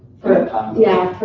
for the, yeah,